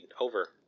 Over